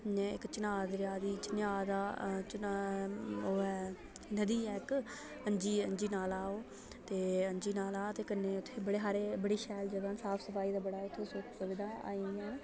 इक चन्हां दरेआ दी ओह् ऐ नदी ऐ इक नाला ऐ ओह् ते कन्नै उत्थै बड़ी हारे बड़ा जादा साफ सफाई दी बड़ा उत्थै सुख सुविधा ऐ